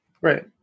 right